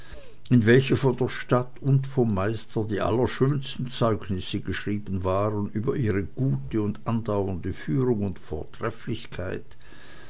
in welche von der stadt und vom meister die allerschönsten zeugnisse geschrieben waren über ihre gute andauernde führung und vortrefflichkeit